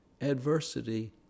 Adversity